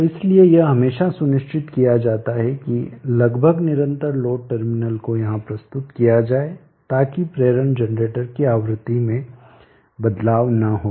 तो इसलिए यह हमेशा सुनिश्चित किया जाता है कि लगभग निरंतर लोड टर्मिनल को यहां प्रस्तुत किया जाये ताकि प्रेरण जनरेटर की आवृत्ति में बदलाव न हो